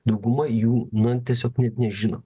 dauguma jų na tiesiog net nežino